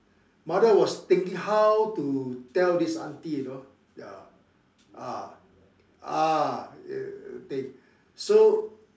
mother was thinking how to tell this auntie you know ya ah ah everything so